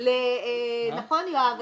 נכון, יואב?